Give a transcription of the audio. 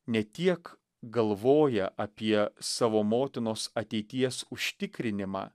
ne tiek galvoja apie savo motinos ateities užtikrinimą